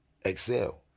excel